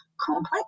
complex